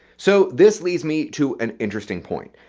so this leads me to an interesting point.